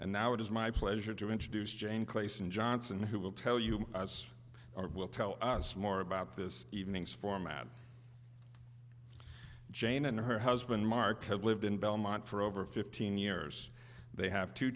and now it is my pleasure to introduce jane clayson johnson who will tell you as well tell us more about this evening's format jane and her husband mark have lived in belmont for over fifteen years they have two